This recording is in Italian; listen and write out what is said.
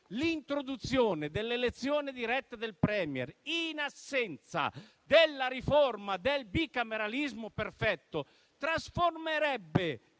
l'introduzione dell'elezione diretta del *Premier*, in assenza della riforma del bicameralismo perfetto, trasformerebbe